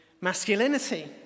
masculinity